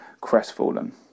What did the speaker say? crestfallen